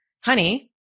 honey